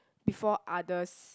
before others